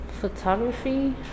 photography